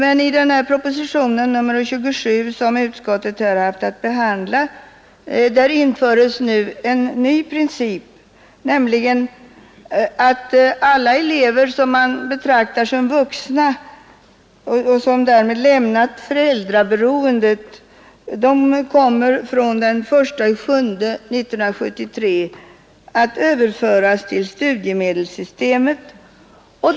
Enligt förslaget i proposition nr 27, som utskottet här haft att behandla, införes nu en ny princip, nämligen att alla elever som betraktas 1973 kommer att överföras till studiemedelssystemet.